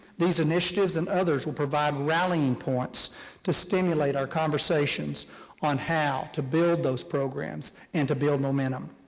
these initiatives and others will provide rallying points to stimulate our conversations on how to build those programs and to build momentum.